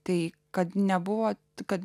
tai kad nebuvo kad